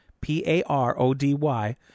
P-A-R-O-D-Y